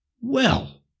Well